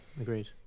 agreed